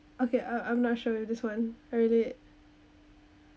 okay uh I'm not sure with this one I really